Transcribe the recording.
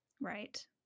Right